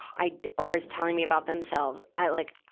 i, or is telling me about themselves. i like,